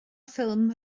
ffilm